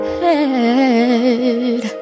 head